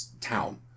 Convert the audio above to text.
Town